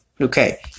okay